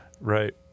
Right